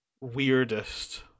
weirdest